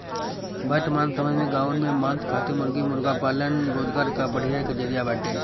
वर्तमान समय में गांवन में मांस खातिर मुर्गी मुर्गा पालन रोजगार कअ बढ़िया जरिया बाटे